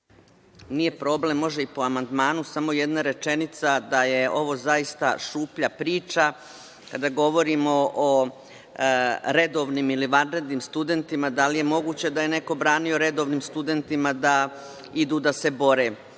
Nije problem, može i po amandmanu. Samo jedna rečenica, da je ovo zaista šuplja priča kada govorimo o redovnim ili vanrednim studentima. Da li je moguće da je neko branio redovnim studentima da idu da se bore? Od